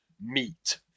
meat